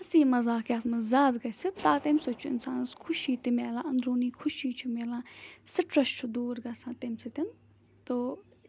ہسی مزاق یَتھ منٛز زیادٕ گژھِ تَتھ تَمہِ سۭتۍ چھُ اِنسانَس خوشی تہِ مِلان أندروٗنی خوشی چھُ مِلان سِٹرس چھُ دوٗر گژھان تَمہِ سۭتۍ تو